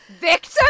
Victim